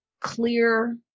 clear